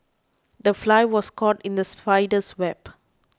the fly was caught in the spider's web